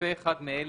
"(א)העושה אחד מאלה,